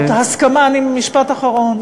משפט אחרון.